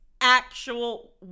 actual